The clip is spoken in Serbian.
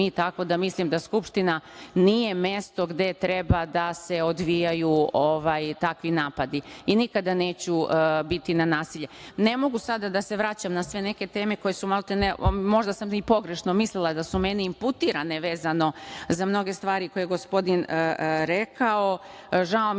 mi? Mislim da Skupština nije mesto gde treba da se odvijaju takvi napadi. Nikada neću biti za nasilje. Ne mogu sada da se vraćam na sve neke teme koje su maltene… Možda sam i pogrešno mislila da su meni imputirane vezano za mnoge stvari koje je gospodin rekao. Žao mi